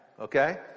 Okay